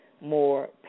more